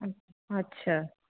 আচ্ছা